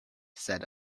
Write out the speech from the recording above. said